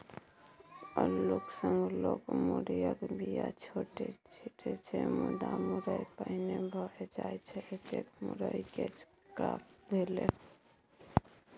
अल्लुक संग लोक मुरयक बीया छीटै छै मुदा मुरय पहिने भए जाइ छै एतय मुरय कैच क्रॉप भेलै